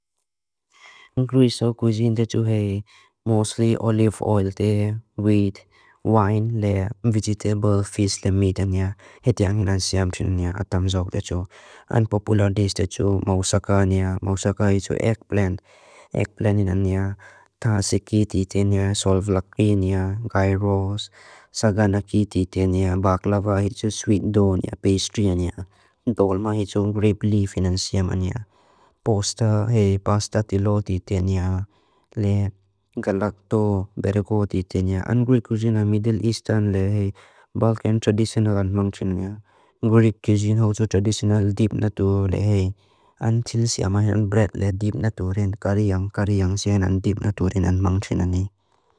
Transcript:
Gris o cuisine te tu hei, mostly olive oil te, wheat, wine le, vegetable, fish le, meat ania, heti anginan siam tu ania atamzog te tu. Unpopular dish te tu, mausaka ania, mausaka ito eggplant, eggplant ina nia, tasiki te ite ania, salvelake ania, gairos, saganaki te ite ania, baklava ito, sweet dough ania, pastry ania, dolma ito, grape leaf inan siam ania. Pasta hei, pasta tilo te ite ania, le galakto bereko te ite ania, ungric cuisine a Middle Eastern le hei, Balkan traditional an mancin ania. Gric cuisine hozo traditional deep natu le hei, an til siamahen bread le deep natu rin, kariang kariang sianan deep natu rin an mancin ania.